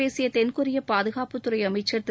பேசிய தென்கொரிய பாதுகாப்புத்துறை அமைச்சர் திரு